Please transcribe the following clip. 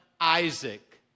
Isaac